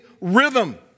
rhythm